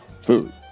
food